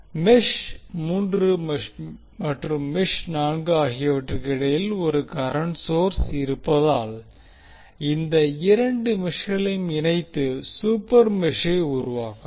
mesh 3 மற்றும் mesh 4 ஆகியவற்றிற்கு இடையில் ஒரு கரண்ட் சோர்ஸ் இருப்பதால் இந்த இரண்டு மெஷ்களையும் இணைத்து சூப்பர் மெஷ்ஷை உருவாக்கலாம்